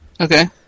Okay